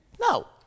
No